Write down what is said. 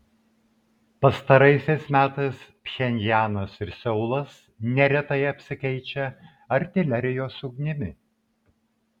pastaraisiais metais pchenjanas ir seulas neretai apsikeičia artilerijos ugnimi